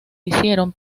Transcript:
hicieron